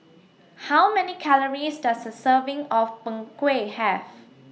How Many Calories Does A Serving of Png Kueh Have